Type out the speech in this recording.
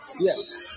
Yes